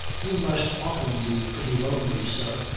you must often be pretty lonely, sir,